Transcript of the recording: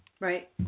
Right